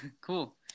Cool